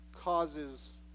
causes